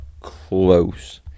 close